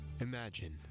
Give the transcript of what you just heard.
Imagine